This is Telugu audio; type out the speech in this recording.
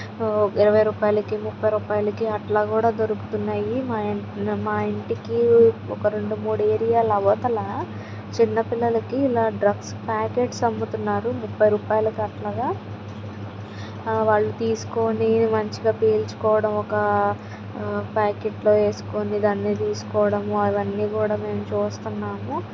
ఇరవై రూపాయలకి ముప్పై రూపాయలకి అట్లా కూడా దొరుకుతు ఉన్నాయి మా ఇం మా ఇంటికి ఒక రెండు మూడు ఏరియాల అవతల చిన్నపిల్లలకి ఇలా డ్రగ్స్ ప్యాకెట్స్ అమ్ముతున్నారు ముప్పై రూపాయలకి అట్లాగా వాళ్ళు తీసుకుని మంచిగా పీల్చుకోవడం ఒక ప్యాకెట్లో వేసుకుని దాన్ని తీసుకోవడం అవన్నీ కూడా మేము చూస్తన్నాము